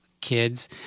kids